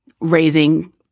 raising